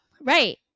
right